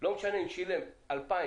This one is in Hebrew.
לא משנה אם שילם 2,000,